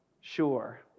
sure